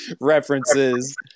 references